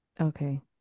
Okay